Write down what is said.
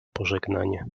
pożegnanie